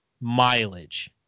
mileage